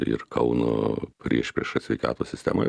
ir kauno priešpriešą sveikatos sistemoje